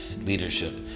leadership